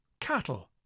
Cattle